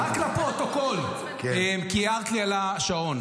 רק לפרוטוקול, כי הערת לי על השעון: